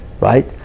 Right